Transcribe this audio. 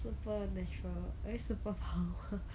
supernatural I mean superpower